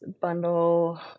bundle